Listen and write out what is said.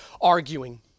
arguing